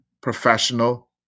professional